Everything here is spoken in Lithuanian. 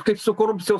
kaip su korupcijos